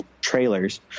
trailers